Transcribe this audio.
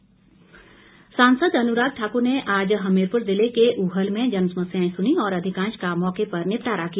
अन्राग ठाकुर सांसद अनुराग ठाकुर ने आज हमीरपुर ज़िले के ऊहल में जनसमस्याएं सुनीं और अधिकांश का मौके पर निपटारा किया